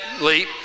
leap